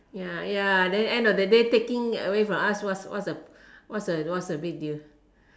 ya ya then end of the day taking from us what's what's what's the big deal